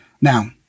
Now